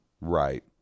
Right